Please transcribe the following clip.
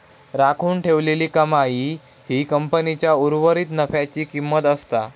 राखून ठेवलेली कमाई ही कंपनीच्या उर्वरीत नफ्याची किंमत असता